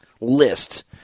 list